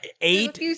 Eight